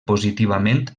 positivament